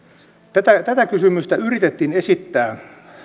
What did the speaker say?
tätä tätä kysymystä yritettiin esittää